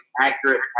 accurate